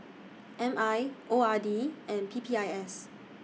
M I O R D and P P I S